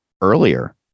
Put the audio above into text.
earlier